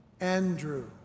Andrew